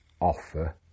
offer